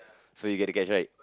so you get to guess right